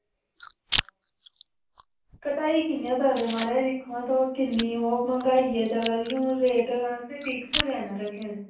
घटाई कि'यां सकदे म्हाराज दिक्खो किन्नी मैहंगाई ऐ चला दी असें रेट फिक्स गै न रक्खे दे